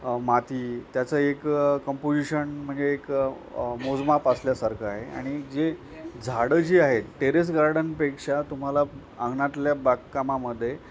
माती त्याचं एक कम्पोजिशन म्हणजे एक मोजमाप असल्यासारखं आहे आणि जे झाडं जी आहे टेरेस गार्डनपेक्षा तुम्हाला अंगणातल्या बागकामामध्ये